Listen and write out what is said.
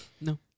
No